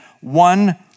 one